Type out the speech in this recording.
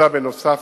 בנוסף,